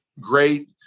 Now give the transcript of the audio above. great